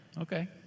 Okay